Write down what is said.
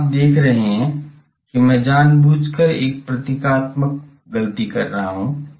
यहाँ आप देख रहे हैं कि मैं जानबूझकर एक प्रतीकात्मक गलती कर रहा हूँ